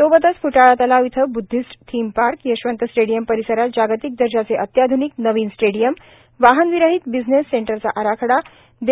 सोबतच फ्टाळा तलाव येथे Buddhist theme park Yashwant stadium परिसरात जागतिक दर्जाचे अत्याध्निक नवीन स्टेडियम वाहन विरहीत बिझनेस सेंटरचा आराखडा